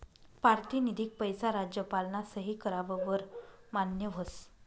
पारतिनिधिक पैसा राज्यपालना सही कराव वर मान्य व्हस